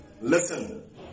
Listen